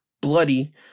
bloody